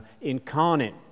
incarnate